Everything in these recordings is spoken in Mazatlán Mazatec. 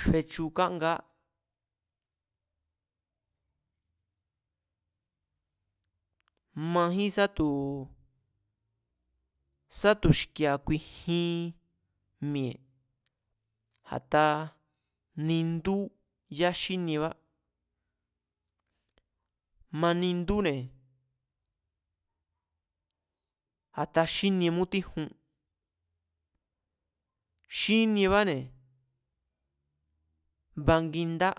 Fechu kángaá majín sá tu̱ sá tu̱xki̱e̱a̱ ku̱ji̱n mi̱e̱ a̱ta nindú yaxíniebá, manindúne̱ a̱ta xínie mutíjun, xíniebáne̱ bangindá,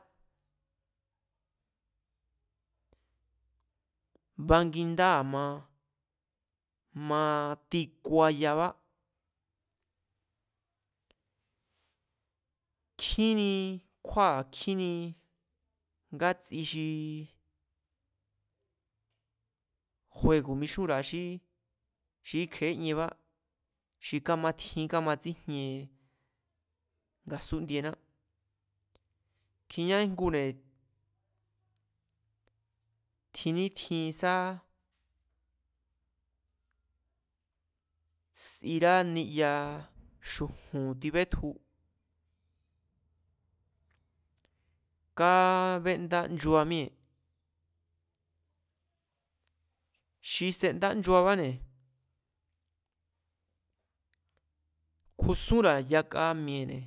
bangindá a̱ma matikua yabá kjíni kjúáa̱ kjíni ngátsi xii guejo̱ mixúnra̱a xíí xi íkje̱e ienbá. Ki kámatjín kamatsíjien nga̱súndiená. Kjiñá íngune̱, tjin nítjin sá sira niya xu̱ju̱n tibetju, kábendá nchua míée̱ xi sendá nchuabane̱, kjusúnra̱ yaka mi̱ene̱